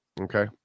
Okay